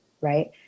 right